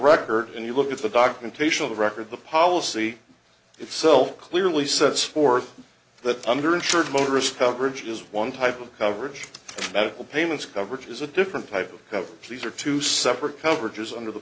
record and you look at the documentation of the record the policy itself clearly sets forth that under insured motorists coverage is one type of coverage that will payments coverage is a different type of coverage these are two separate coverages under the